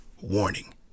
Warning